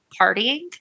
partying